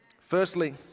Firstly